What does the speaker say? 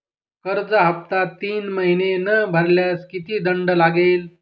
कर्ज हफ्ता तीन महिने न भरल्यास किती दंड लागेल?